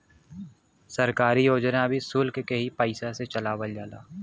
सरकारी योजना भी सुल्क के ही पइसा से चलावल जाला